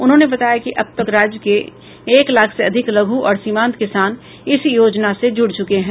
उन्होंने बताया कि अब तक राज्य के एक लाख से अधिक लघु और सीमांत किसान इस योजना से जुड चुके हैं